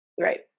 Right